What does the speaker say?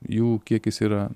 jų kiekis yra